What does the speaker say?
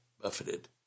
buffeted